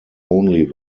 only